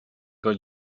got